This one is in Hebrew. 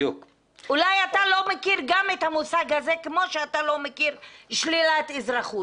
אולי אתה לא מכיר גם את המושג הזה כמו שאתה לא מכיר שלילת אזרחות.